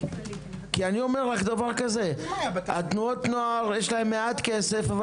כי תנועות הנוער יש להם מעט כסף אבל